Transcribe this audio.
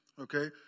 okay